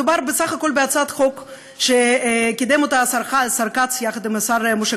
מדובר בסך הכול בהצעת חוק שקידם השר כץ יחד עם השר משה